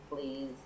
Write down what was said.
please